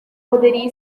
poderia